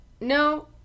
No